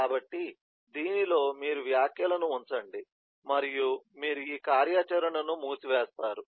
కాబట్టి దీనిలో మీరు వ్యాఖ్యలను ఉంచండి మరియు మీరు ఈ కార్యాచరణను మూసివేస్తారు